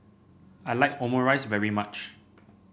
I like Omurice very much